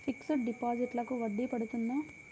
Fixed డిపాజిట్లకు వడ్డీ పడుతుందా?